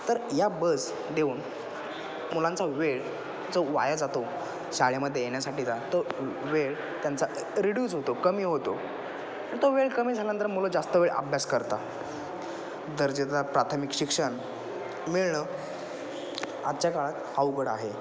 तर या बस देऊन मुलांचा वेळ जो वाया जातो शाळेमध्ये येण्यासाठीचा तो वेळ त्यांचा रिड्यूस होतो कमी होतो तो वेळ कमी झाल्यानंतर मुलं जास्त वेळ अभ्यास करता दर्जेदार प्राथमिक शिक्षण मिळणं आजच्या काळात अवघड आहे